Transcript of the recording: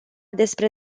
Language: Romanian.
despre